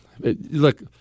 Look